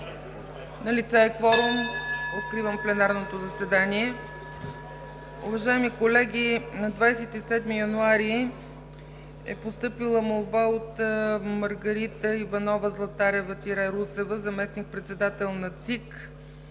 Налице е кворум. (Звъни.) Откривам пленарното заседание. Уважаеми колеги, на 27 януари е постъпила молба от Маргарита Иванова Златарева-Русева – заместник-председател на